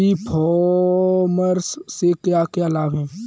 ई commerce से क्या क्या लाभ हैं?